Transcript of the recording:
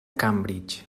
cambridge